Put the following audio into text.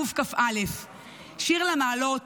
קכ"א: "שיר למעלות,